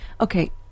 Okay